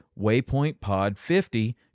waypointpod50